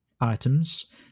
Items